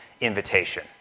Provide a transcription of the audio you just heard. invitation